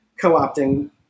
co-opting